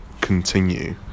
continue